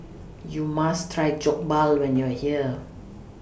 YOU must Try Jokbal when YOU Are here